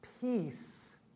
peace